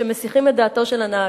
שמסיחים דעתו של הנהג.